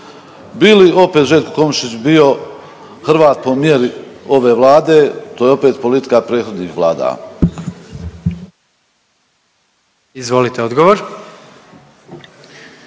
Bi li opet Željko Komšić bio Hrvat po mjeri ove Vlade, to je opet politika prethodnih Vlada.